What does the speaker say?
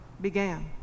began